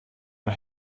mal